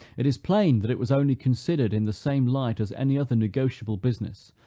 it is plain, that it was only considered in the same light as any other negotiable business,